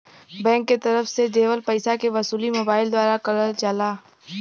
bank के तरफ से देवल पइसा के वसूली मोबाइल द्वारा करल जाला